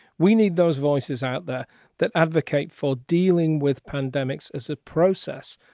we need those voices out there that advocate for dealing with pandemics as a process,